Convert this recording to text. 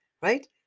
right